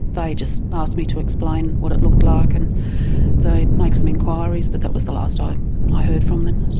they just asked me to explain what it looked like and they'd make some enquiries. but that was the last ah i heard from them.